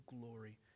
glory